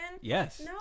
Yes